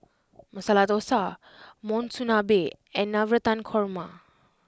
Masala Dosa Monsunabe and Navratan Korma